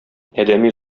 адәми